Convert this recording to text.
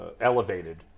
elevated